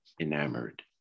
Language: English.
enamored